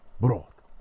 broth